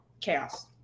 chaos